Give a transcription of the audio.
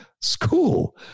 school